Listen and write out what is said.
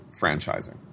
franchising